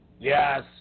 Yes